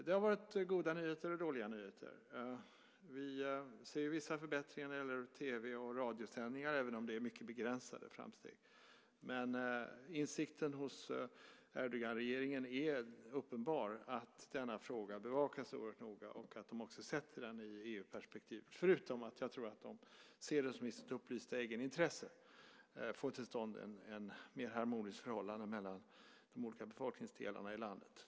Det har varit goda nyheter och dåliga nyheter. Vi ser vissa förbättringar när det gäller tv och radiosändningar, även om det är mycket begränsade framsteg. Men insikten hos Erdoganregeringen om att denna fråga bevakas oerhört noga är uppenbar liksom att de sätter den i EU-perspektiv. Dessutom tror jag att de ser det som i sitt upplysta egenintresse att få till stånd ett mer harmoniskt förhållande mellan de olika befolkningsdelarna i landet.